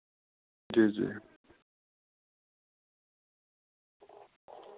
जी जी